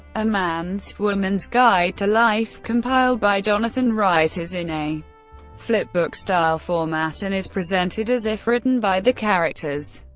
a man's woman's guide to life, compiled by jonathan rice, is in a flip-book style format, and is presented as if written by the characters.